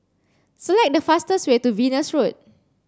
select the fastest way to Venus Road